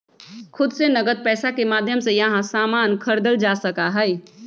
खुद से नकद पैसा के माध्यम से यहां सामान खरीदल जा सका हई